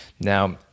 Now